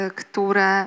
które